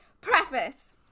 preface